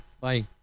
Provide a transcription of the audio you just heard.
Bye